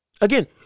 Again